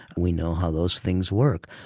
we know how those things work.